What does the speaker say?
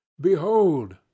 behold